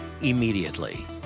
immediately